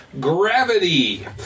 gravity